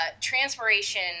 transpiration